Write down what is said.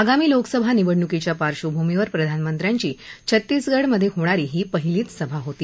आगामी लोकसभा निवडणुकीच्या पार्श्वभूमीवर प्रधानमंत्र्यांची छत्तीसगढ मध्ये होणारी ही पहिलीच सभा होती